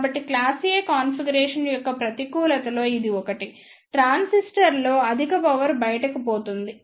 కాబట్టి class A configuration యొక్క ప్రతికూలతలో ఇది ఒకటి ట్రాన్సిస్టర్లో అధిక పవర్ బయటకు పోతుంది